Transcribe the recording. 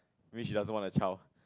maybe she doesn't want a child